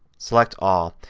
select all.